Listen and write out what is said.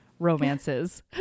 Romances